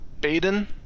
baden